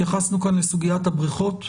התייחסנו כאן לסוגיית הבריכות,